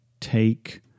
take